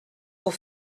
pour